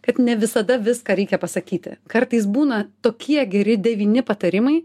kad ne visada viską reikia pasakyti kartais būna tokie geri devyni patarimai